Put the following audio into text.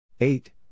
Eight